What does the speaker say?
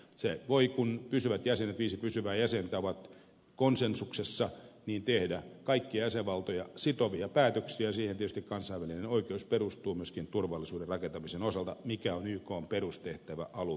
se voi kun viisi pysyvää jäsentä ovat konsensuksessa tehdä kaikkia jäsenvaltoja sitovia päätöksiä ja siihen tietysti kansainvälinen oikeus perustuu myöskin turvallisuuden rakentamisen osalta mikä on ykn perustehtävä alun pitäen